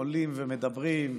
עולים ומדברים,